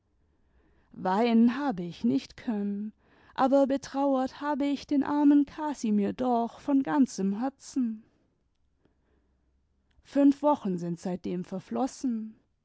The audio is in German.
weinen habe ich nicht können aber betrauert habe ich den armen casimir doch von ganzem herzen fünf wochen sind seitdem verflossen